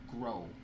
grow